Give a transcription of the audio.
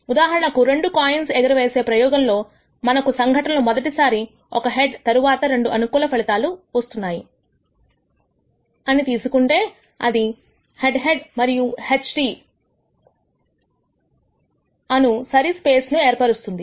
ఉదాహరణకు రెండు కాయిన్స్ ఎగరవేసే ప్రయోగంలో మనకు సంఘటనలు మొదటిసారి ఒక హెడ్ తరువాత రెండు అనుకూల ఫలితాలు ఉన్నాయి అని తీసుకుంటే అది HH మరియు HT అను సరి స్పేస్ ను ఏర్పరుస్తుంది